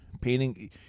painting